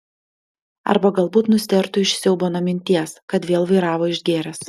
arba galbūt nustėrtų iš siaubo nuo minties kad vėl vairavo išgėręs